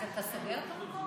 אז אתה סוגר את המקום?